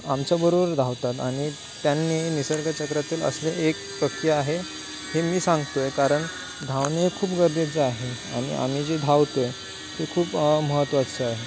आमच्याबरोबर धावतात आणि त्यांनी निसर्गचक्रातील असले एक प्रक्य आहे हे मी सांगतोय कारण धावणे हे खूप गरजेचे आहे आणि आम्ही जे धावतोय ते खूप महत्वाचे आहे